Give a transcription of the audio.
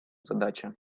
задача